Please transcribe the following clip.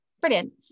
brilliant